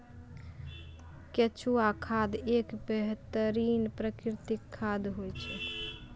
केंचुआ खाद एक बेहतरीन प्राकृतिक खाद होय छै